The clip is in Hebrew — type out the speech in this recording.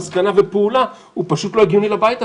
מסקנה ופעולה הוא פשוט לא הגיוני לבית הזה.